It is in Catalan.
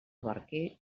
barquer